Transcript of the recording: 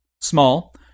Small